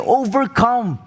overcome